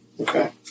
Okay